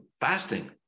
fasting